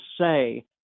say